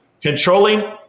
controlling